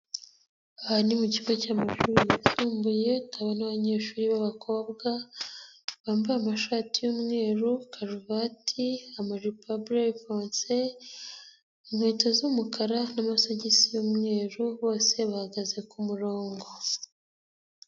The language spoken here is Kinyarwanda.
Aha ni mu kigo cy'amashuri yisumbuye, turabona abanyeshuri b'abakobwa bambaye amashati y'umweru, karuvati, amajipo ya burerifonse, inkweto z'umukara n'amasogisi y'umweru, bose bahagaze ku murongo.